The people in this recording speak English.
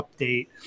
update